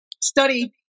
study